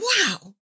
wow